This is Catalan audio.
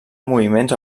moviments